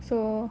so